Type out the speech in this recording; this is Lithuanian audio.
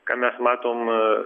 ką mes matom